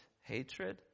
hatred